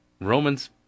Roman's